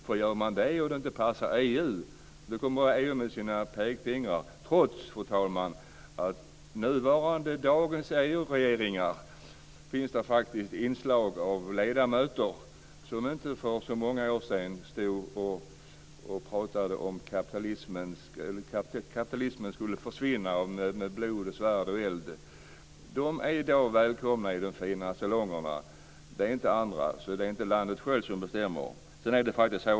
Om den gör det och det inte passar EU kommer EU med sina pekpinnar, trots, fru talman, att det i dagens EU-regeringar faktiskt finns inslag av ledamöter som inte för så många år sedan stod och pratade om att kapitalismen skulle försvinna med blod, svärd och eld. De är i dag välkomna i de fina salongerna. Det är inte andra. Det är alltså inte landet självt som bestämmer.